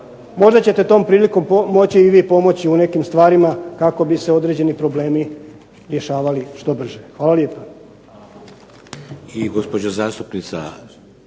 možda ćete tom prilikom moći i vi pomoći u nekim stvarima kako bi se određeni problemi rješavali što brže. Hvala lijepa.